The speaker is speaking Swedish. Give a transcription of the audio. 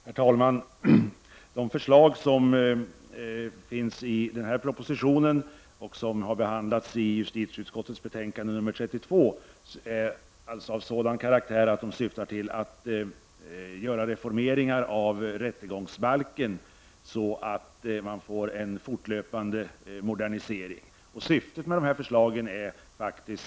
Herr talman! De förslag som finns i propositionen och som har behandlats i justitieutskottets betänkande nr 32 syftar till en reformering av rättegångsbalken. Meningen är att det skall bli en fortlöpande modernisering.